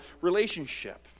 relationship